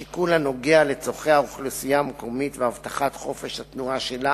השיקול הנוגע לצורכי האוכלוסייה המקומית והבטחת חופש התנועה שלה